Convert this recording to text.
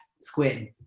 squid